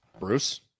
Bruce